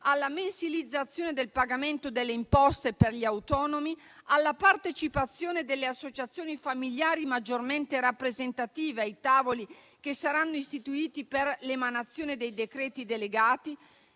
alla mensilizzazione del pagamento delle imposte per gli autonomi, alla partecipazione delle associazioni familiari maggiormente rappresentative ai tavoli che saranno istituiti per l'emanazione dei decreti delegati.